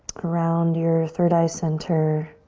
around your third eye center.